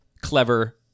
clever